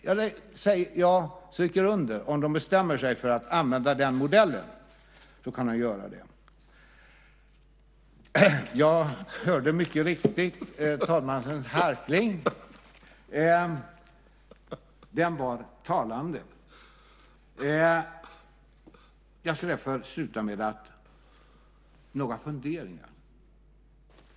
Jag stryker under att om de bestämmer sig för att använda den modellen så kan de göra det. Jag hörde mycket tydligt talmannens harkling. Den var talande. Jag ska därför avsluta med några funderingar.